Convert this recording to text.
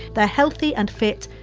they're healthy and fit.